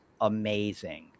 amazing